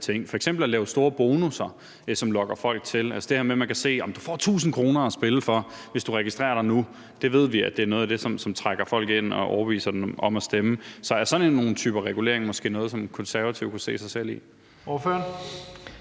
f.eks. at lave store bonusser, som lokker folk til. Altså, det her med, at man kan se, at man får 1.000 kr. at spille for, hvis man registrerer sig nu, ved vi er noget af det, som trækker folk ind og overbeviser dem om at spille. Så er sådan nogle typer regulering måske noget, som Konservative kunne se sig selv i?